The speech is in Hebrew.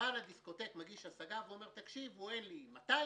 בעל הדיסקוטק מגיש השגה ואומר: אין לי 200 מ',